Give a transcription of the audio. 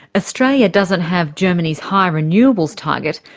australia doesn't have germany's high renewables target,